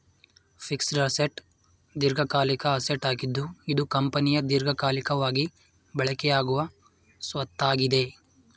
fixed assets ದೀರ್ಘಕಾಲಿಕ assets ಆಗಿದ್ದು ಇದು ಕಂಪನಿಯ ದೀರ್ಘಕಾಲಿಕವಾಗಿ ಬಳಕೆಯಾಗುವ ಸ್ವತ್ತಾಗಿದೆ